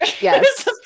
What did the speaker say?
Yes